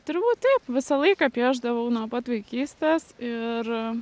turbūt taip visą laiką piešdavau nuo pat vaikystės ir